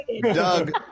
Doug